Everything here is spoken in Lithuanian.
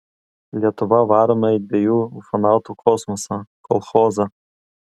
lietuva varoma į dviejų ufonautų kosmosą kolchozą